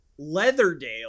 Leatherdale